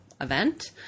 event